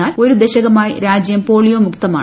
എന്നാൽ ഒരു ദശകമായി രാജ്യം പോളിയോ മുക്തമാണ്